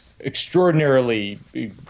extraordinarily